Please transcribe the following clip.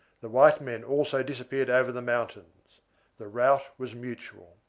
the white men also disappeared over the mountains the rout was mutual.